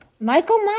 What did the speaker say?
Michael